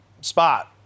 spot